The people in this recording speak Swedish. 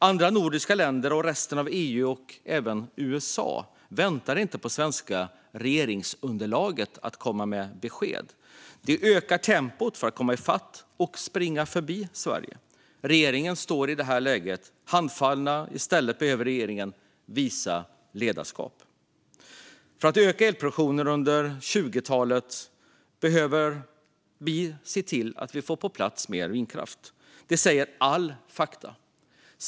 Andra nordiska länder och resten av EU och även USA väntar inte på att det svenska regeringsunderlaget ska komma med besked, utan de ökar tempot för att komma i fatt och springa förbi Sverige. Regeringen står i detta läge handfallen, men i stället behöver regeringen visa ledarskap. För att öka elproduktionen under 2020-talet behöver vi få på plats mer vindkraft. Detta säger alla fakta.